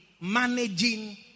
managing